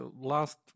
last